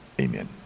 Amen